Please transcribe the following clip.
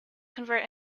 convert